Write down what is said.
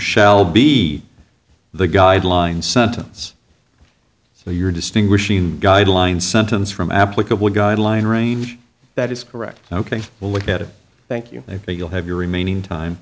shall be the guideline sentence so your distinguishing guideline sentence from applicable guideline range that is correct ok well look at it thank you i think you'll have your remaining time